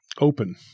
open